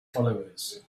followers